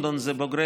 לא ולא,